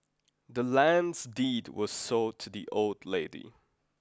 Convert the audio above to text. the land's deed was sold to the old lady